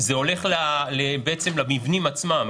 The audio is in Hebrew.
זה הולך למבנים עצמם.